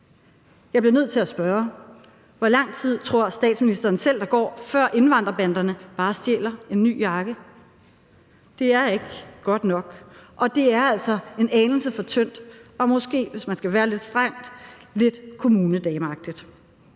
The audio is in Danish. Jeg bliver nødt til at spørge: Hvor lang tid tror statsministeren selv der går, før indvandrerbanderne bare stjæler en ny jakke? Det er ikke godt nok, og det er altså en anelse for tyndt og måske – hvis man skal være lidt streng – lidt kommunedameagtigt.